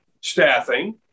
staffing